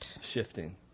Shifting